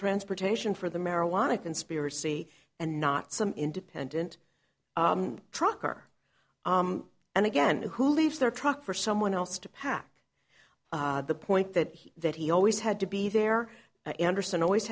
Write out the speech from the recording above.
transportation for the marijuana conspiracy and not some independent trucker and again who leaves their truck for someone else to pack the point that he that he always had to be there anderson always